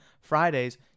Fridays